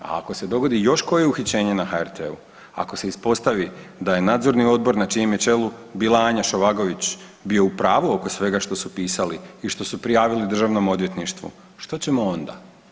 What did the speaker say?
A ako se dogodi još koje uhićenje na HRT-u, ako se ispostavi da je nadzorni odbor na čijem je čelu bila Anja Šovagović bio u pravu oko svega što su pisali i što su prijavili državnom odvjetništvu što ćemo onda?